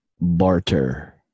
Barter